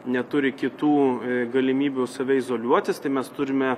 neturi kitų galimybių save izoliuotis tai mes turime